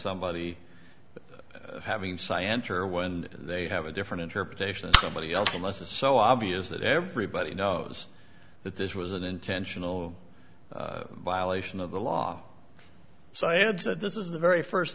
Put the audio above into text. somebody having science or when they have a different interpretation of somebody else unless it's so obvious that everybody knows that this was an intentional violation of the law so i had said this is the very first